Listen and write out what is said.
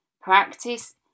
practice